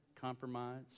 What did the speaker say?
compromise